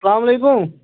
السلام علیکُم